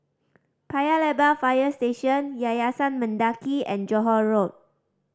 Paya Lebar Fire Station Yayasan Mendaki and Johore Road